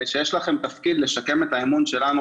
שיש לכם תפקיד לשקם את האמון שלנו,